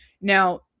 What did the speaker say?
Now